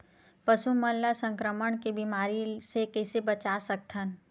पशु मन ला संक्रमण के बीमारी से कइसे बचा सकथन?